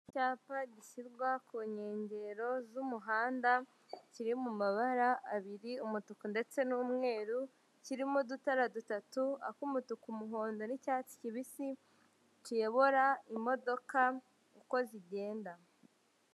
Icyapa gishyirwa ku nkengero z'umuhanda kiri mu mabara abiri umutuku ndetse n'umweru, kirimo udutara dutatu, ak'umutuku, umuhondo n'icyatsi kibisi kiyobora imodoka uko zigenda.